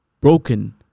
broken